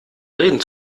reden